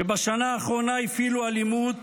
שבשנה האחרונה הפעילו אלימות,